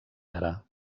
ara